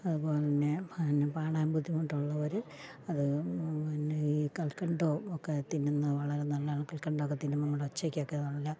അതുപോലെ തന്നെ പിന്നെ പാടാൻ ബുദ്ധിമുട്ടുള്ളവർ അത് പിന്നെ ഈ കൽക്കണ്ടം ഒക്കെ തിന്നുന്നത് വളരെ നല്ലതാണ് കൽക്കണ്ടം ഒക്കെ തിന്നുമ്പം നമ്മുടെ ഒച്ചക്കൊക്കെ നല്ല